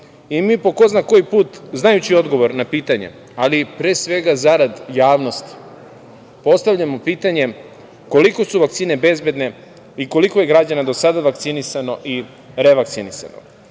ko zna koji put znajući odgovor na pitanja, ali pre svega zarad javnosti, postavljamo pitanje – koliko su vakcine bezbedne i koliko je građana do sada vakcinisano i revakcinisano?